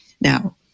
now